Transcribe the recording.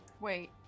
Wait